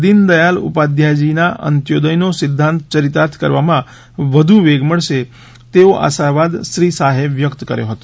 દીનદયાલ ઉપાધ્યાયજીના અંત્યોદય નો સિધ્ધાંત યરીતાર્થ કરવામાં વધુ વેગ મળશે તેવો આશાવાદ શ્રી શાહે વ્યક્ત કર્યો હતો